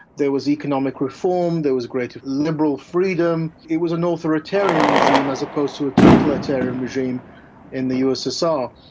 there was economic reform, there was greater liberal freedom, it was an authoritarian regime as opposed to a totalitarian regime in the ussr.